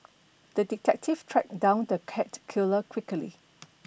the detective tracked down the cat killer quickly